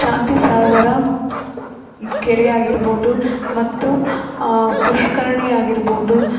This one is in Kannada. ಶಾಂತಿ ಸಾಗರ ಕೆರೆ ಆಗಿರ್ಬೋದು ಮತ್ತು ಪುಷ್ಕರಣಿ ಆಗಿರ್ಬೋದು